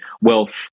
wealth